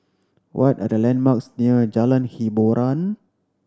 what are the landmarks near Jalan Hiboran